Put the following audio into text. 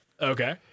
Okay